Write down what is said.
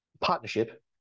partnership